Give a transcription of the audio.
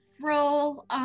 roll